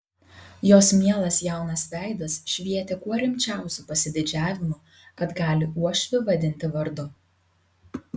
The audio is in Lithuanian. jos mielas jaunas veidas švietė kuo rimčiausiu pasididžiavimu kad gali uošvį vadinti vardu